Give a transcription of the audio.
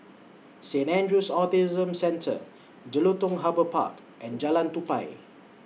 Saint Andrew's Autism Centre Jelutung Harbour Park and Jalan Tupai